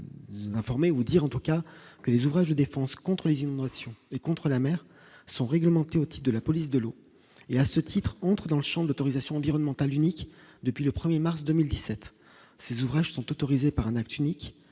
je peux vous informer, vous dire en tout cas que les ouvrages de défense contre les inondations et contre la mère sont réglementés, hôte de la police de l'eau et à ce titre contre dans le Champ d'autorisation environnementale unique depuis le 1er mars 2017 ces ouvrages sont autorisées par un acte unique